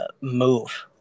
move